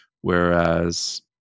Whereas